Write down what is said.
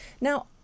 Now